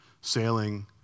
sailing